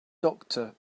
doctor